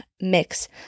mix